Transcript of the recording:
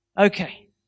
Okay